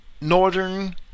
northern